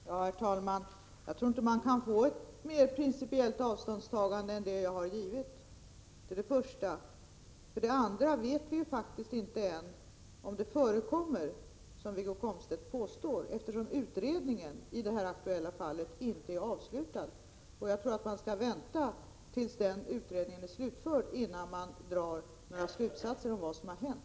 Herr talman! För det första tror jag inte att man kan göra ett mera principiellt avståndstagande än det jag gjort. För det andra vet vi faktiskt inte än om sådant som Wiggo Komstedt påstår förekommer, eftersom utredningen i det här aktuella fallet inte är avslutad. Man skall vänta tills utredningen är slutförd, innan man drar några slutsatser av vad som har hänt.